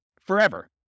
forever